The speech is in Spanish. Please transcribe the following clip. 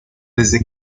desde